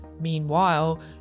Meanwhile